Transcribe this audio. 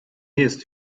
jest